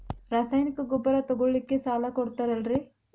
ರಾಸಾಯನಿಕ ಗೊಬ್ಬರ ತಗೊಳ್ಳಿಕ್ಕೆ ಸಾಲ ಕೊಡ್ತೇರಲ್ರೇ?